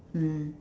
mm